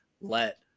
let